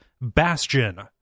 Bastion